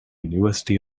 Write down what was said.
university